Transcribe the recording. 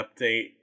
update